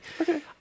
Okay